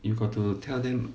you got to tell them